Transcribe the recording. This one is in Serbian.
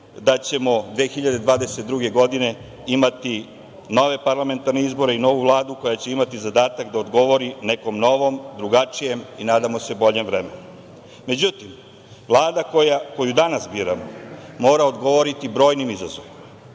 da ćemo 2022. godine imati nove parlamentarne izbore i novu Vladu koja će imati zadatak da odgovori nekom novom, drugačijem i nadamo se boljem vremenu.Međutim, vlada koju danas biramo mora odgovoriti brojnim izazovima,